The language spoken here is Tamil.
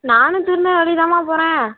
நானும் திருநெல்வேலி தான்மா போகிறேன்